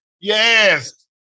Yes